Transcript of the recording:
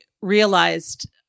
realized